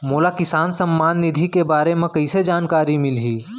मोला किसान सम्मान निधि के बारे म कइसे जानकारी मिलही?